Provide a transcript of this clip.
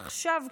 עכשיו,